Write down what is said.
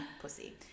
pussy